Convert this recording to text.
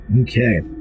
Okay